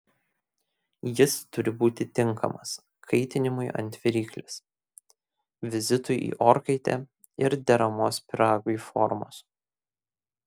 jis turi būti tinkamas kaitinimui ant viryklės vizitui į orkaitę ir deramos pyragui formos